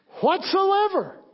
Whatsoever